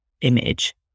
image